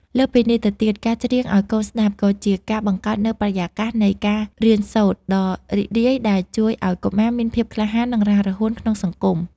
លើសពីនេះទៅទៀត ការច្រៀងឱ្យកូនស្តាប់ក៏ជាការបង្កើតនូវបរិយាកាសនៃការរៀនសូត្រដ៏រីករាយ ដែលជួយឱ្យកុមារមានភាពក្លាហាន និងរហ័សរហួនក្នុងសង្គម។